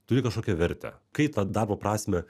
turi kažkokią vertę kai tą darbo prasmę